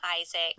Isaac